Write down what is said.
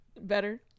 better